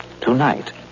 tonight